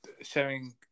sharing